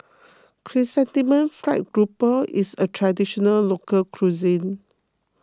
Chrysanthemum Fried Grouper is a Traditional Local Cuisine